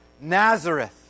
Nazareth